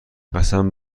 قسم